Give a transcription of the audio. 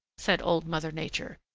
said old mother nature.